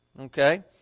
okay